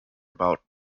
about